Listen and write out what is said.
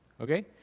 Okay